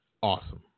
Awesome